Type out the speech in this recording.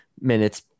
minutes